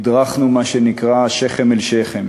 הדרכנו מה שנקרא שכם אל שכם.